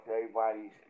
everybody's